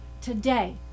Today